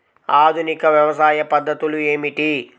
ఆధునిక వ్యవసాయ పద్ధతులు ఏమిటి?